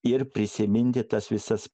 ir prisiminti tas visas